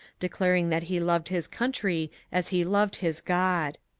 declaring that he loved his country as he loved his god.